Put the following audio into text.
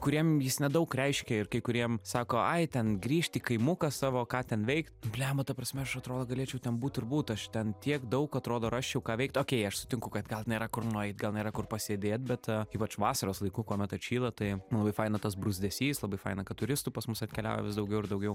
kuriem jis nedaug reiškia ir kai kuriem sako ai ten grįžt į kaimuką savo ką ten veikt nu blemba ta prasme aš atrodo galėčiau ten būt ir būt aš ten tiek daug atrodo rasčiau ką veikt okei aš sutinku kad gal nėra kur nueit gal nėra kur pasėdėt bet ypač vasaros laiku kuomet atšyla tai man labai faina tas bruzdesys labai faina kad turistų pas mus atkeliauja vis daugiau ir daugiau